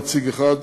נציג אחד,